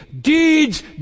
deeds